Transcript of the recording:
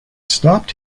stopped